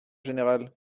général